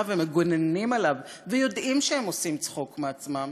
ומגוננים עליו ויודעים שהם עושים צחוק מעצמם,